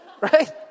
Right